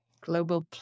global